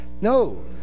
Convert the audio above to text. no